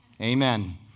Amen